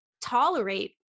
tolerate